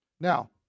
Now